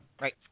Right